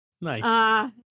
Nice